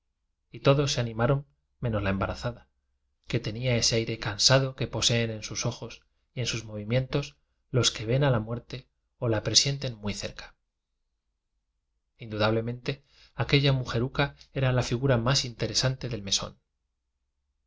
y todos se animaron menos la embarazada que tenía ese aire cansado que poseen en sus ojos y en sus movimientos los que ven a la muerte o la presienten muy cerca indudablemente aquella mujeruca era la figura más interesante del mesón